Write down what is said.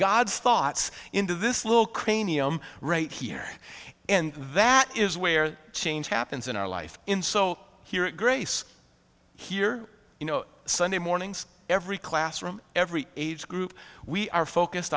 god's thoughts into this little cranium right here and that is where change happens in our life in so here at grace here you know sunday mornings every classroom every age group we are focused